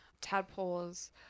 tadpoles